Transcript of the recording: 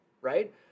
right